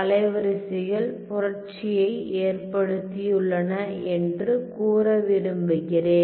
அலைவரிசைகள் புரட்சியை ஏற்படுத்தியுள்ளன என்று கூற விரும்புகிறேன்